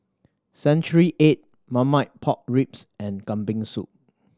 century egg Marmite Pork Ribs and Kambing Soup